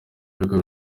ibigo